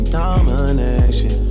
domination